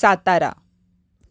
Satara